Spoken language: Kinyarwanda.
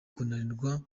kunanirwa